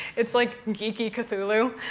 it's like. geeky cthulhu.